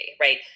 right